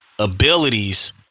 abilities